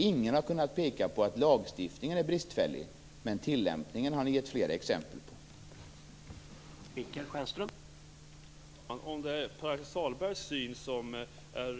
Ingen har kunnat peka på att lagstiftningen är bristfällig, men ni har gett flera exempel på att tillämpningen är det.